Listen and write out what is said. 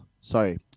Sorry